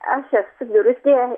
aš esu birutė